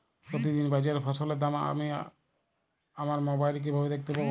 প্রতিদিন বাজারে ফসলের দাম আমি আমার মোবাইলে কিভাবে দেখতে পাব?